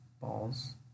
balls